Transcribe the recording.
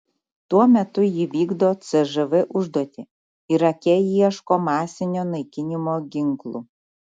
tuo metu ji vykdo cžv užduotį irake ieško masinio naikinimo ginklų